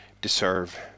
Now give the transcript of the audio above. deserve